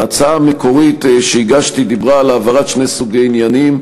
ההצעה המקורית שהגשתי דיברה על העברת שני סוגי עניינים: